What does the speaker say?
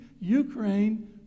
Ukraine